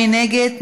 מי נגד?